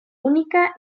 única